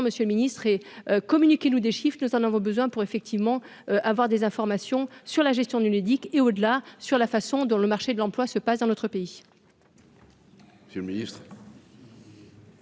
et communiqué loue des chiffres, nous en avons besoin pour effectivement avoir des informations sur la gestion du ludique et au-delà sur la façon dont le marché de l'emploi se passe dans notre pays.